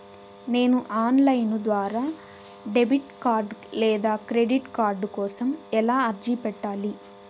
నేను online ద్వారా debit card లేదా క్రెడిట్ కార్డు కోసం ఎలా అర్జీ పెట్టాలి?